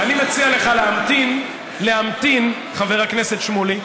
אני מציע לך להמתין, חבר הכנסת שמולי.